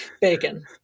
bacon